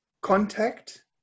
contact